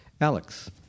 Alex